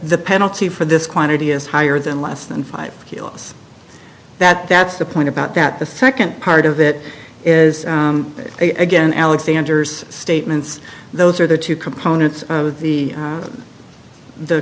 the penalty for this quantity is higher than less than five kilos that that's the point about that the second part of it is again alexander's statements those are the two components of the